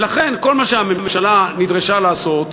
ולכן כל מה שהממשלה נדרשה לעשות,